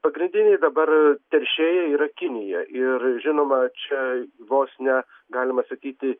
pagrindiniai dabar teršėjai yra kinija ir žinoma čia vos ne galima sakyti